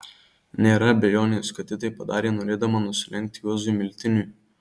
nėra abejonės kad ji tai padarė norėdama nusilenkti juozui miltiniui